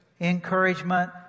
encouragement